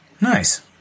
Nice